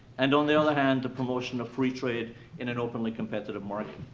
and, on the other hand, the promotion of free trade in an openly competitive market,